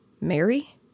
Mary